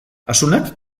asunak